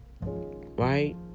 right